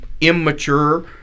immature